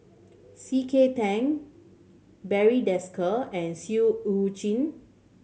C K Tang Barry Desker and Seah Eu Chin